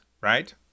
right